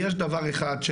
יש דבר אחד,